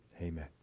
Amen